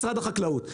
משרד החקלאות,